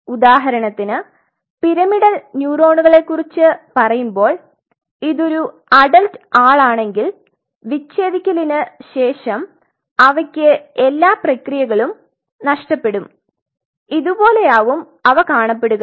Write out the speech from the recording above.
ഉദാഹരണത്തിന് പിരമിഡൽ ന്യൂറോണുകളെക്കുറിച്ച് പറയുമ്പോൾ ഇത് ഒരു അഡൽറ്റ് ആളാണെങ്കിൽ വിച്ഛേദിക്കലിന് ശേഷം അവക്ക് എല്ലാ പ്രക്രിയകളും നഷ്ടപ്പെട്ടു ഇതുപോലെയാവും അവ കാണപ്പെടുക